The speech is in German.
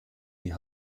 die